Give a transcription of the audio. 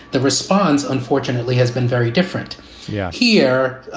the response, unfortunately, has been very different yeah here.